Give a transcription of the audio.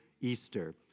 Easter